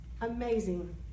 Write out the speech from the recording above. amazing